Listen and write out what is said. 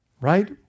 right